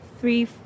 three